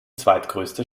zweitgrößte